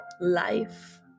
life